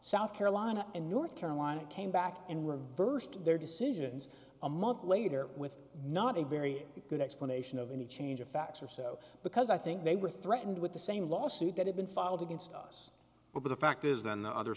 south carolina and north carolina came back and reversed their decisions a month later with not a very good explanation of any change of facts or so because i think they were threatened with the same lawsuit that had been filed against us over the fact is the othe